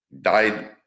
died